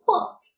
Fuck